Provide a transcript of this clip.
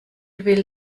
will